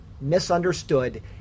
misunderstood